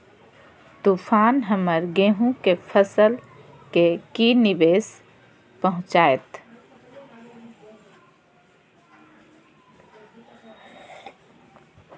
तूफान हमर गेंहू के फसल के की निवेस पहुचैताय?